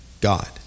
God